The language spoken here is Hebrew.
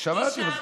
גישה,